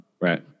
Right